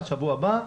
בשבוע הבא,